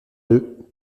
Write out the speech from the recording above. deux